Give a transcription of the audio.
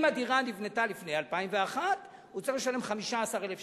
אם הדירה נבנתה לפני 2001 הוא צריך לשלם 15,000 שקל,